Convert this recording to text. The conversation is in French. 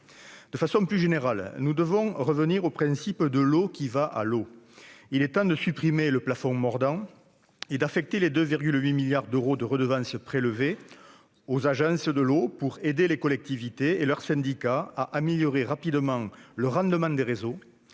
De façon plus générale, nous devons revenir au principe de l'eau qui va à l'eau. Il est temps de supprimer le plafond mordant et d'affecter les 2,8 milliards d'euros de redevance prélevés aux agences de l'eau pour aider les collectivités et leurs syndicats à améliorer rapidement le rendement des réseaux,